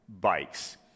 bikes